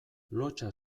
lotsa